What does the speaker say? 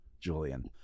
Julian